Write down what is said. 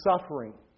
suffering